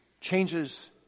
changes